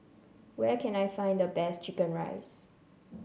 where can I find the best chicken rice